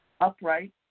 upright